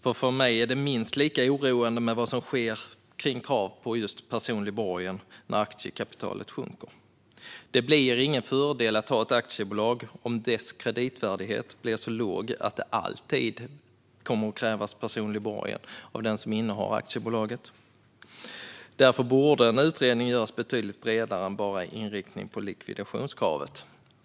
Enligt mig är det minst lika oroande med vad som sker kring krav på personlig borgen när aktiekapitalet sjunker. Det blir ingen fördel att ha ett aktiebolag om dess kreditvärdighet blir så låg att det alltid kommer att krävas personlig borgen av den som innehar aktiebolaget. Därför borde en utredning göras betydligt bredare än bara en inriktning på likvidationskravet.